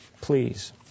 please